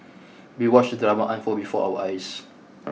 we watched the drama unfold before our eyes